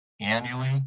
annually